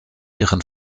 ihren